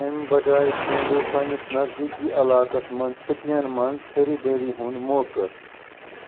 امہِ بجایہِ ژھٲنٛڈِو پنٛنِس نزدیٖکی علاقس منٛز چُھٹین منٛز خٔریٖدٲری ہُنٛد موقہٕ